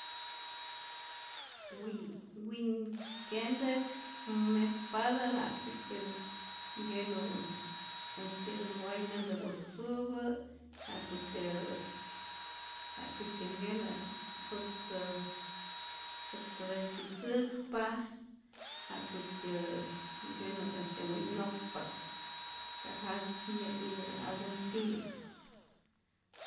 Wi' win kentäk mespatä ja'kutyä nkenu äjtyä way näntä wäjtzupä, ja'kutyä ja'kutyä nkenu jutztä jutztä vestitzäkpa, ja'kutyä nkenu äjtyä wi'nokpak ka ja nyä'itä algun tiyä.